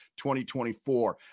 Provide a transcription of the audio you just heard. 2024